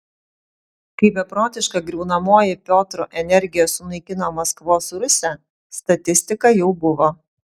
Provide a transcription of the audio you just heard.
kai beprotiška griaunamoji piotro energija sunaikino maskvos rusią statistika jau buvo